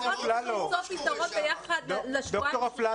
צריך למצוא פתרון ביחד לשבועיים,